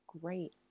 great